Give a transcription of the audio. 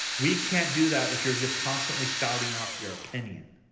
we can't do that if you're just constantly spouting off your opinion.